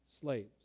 slaves